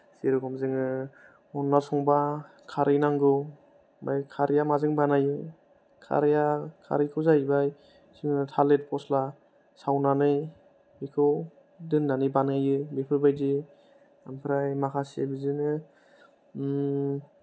जेरखम जोङो अनला संबा खारै नांगौ ओमफ्राय खारैया माजों बानायो खारैया खारैखौ जाहैबाय जोङो थालिर फस्ला सावनानै बेखौ दोन्नानै बानायो बेफोरबायदि ओमफ्राय माखासे बिदिनो